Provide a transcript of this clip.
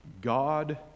God